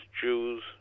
Jews